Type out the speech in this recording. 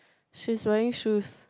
she's wearing shoes